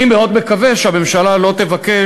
אני מאוד מקווה, כמובן, שהממשלה לא תגיש